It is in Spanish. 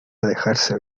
dejarse